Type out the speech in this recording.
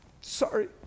Sorry